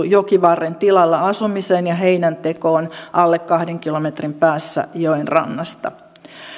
jokivarren tilalla asumiseen ja heinäntekoon alle kahden kilometrin päässä joen rannasta